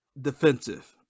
defensive